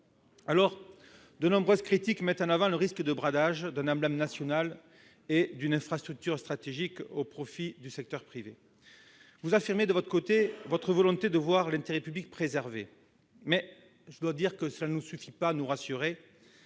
part. De nombreuses critiques mettent en avant le risque de bradage d'un emblème national et d'une infrastructure stratégique au profit du secteur privé. Vous affirmez, de votre côté, votre volonté de voir l'intérêt public préservé, mais cela ne suffit pas à nous rassurer,